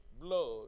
blood